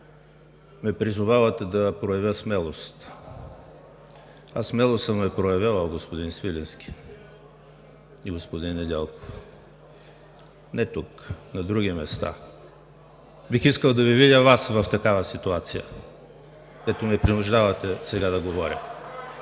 ме призовавате да проявя смелост, аз смелост съм проявявал, господин Свиленски и господин Недялков. Не тук, на други места. Бих искал да видя Вас в такава ситуация, като ме принуждавате сега да говоря.